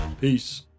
Peace